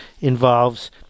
involves